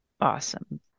awesome